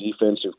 defensive